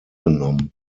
genommen